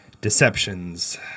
Deceptions